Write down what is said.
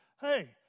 Hey